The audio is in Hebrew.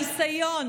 הניסיון,